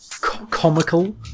comical